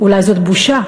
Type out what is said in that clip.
אולי זאת בושה?